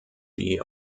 die